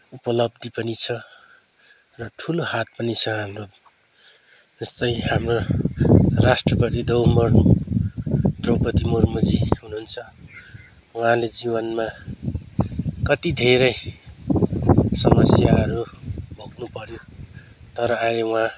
उपलब्धि पनि छ र ठुलो हात पनि छ हाम्रो जस्तै हाम्रो राष्ट्रपति दौमर द्रौपदी मुर्मुजी हुनुहुन्छ उहाँले जीवनमा कति धेरै समस्याहरू भोग्नुपऱ्यो तर अहिले उहाँ